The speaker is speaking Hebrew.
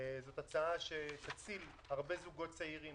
זאת הצעה שתציל הרבה זוגות צעירים,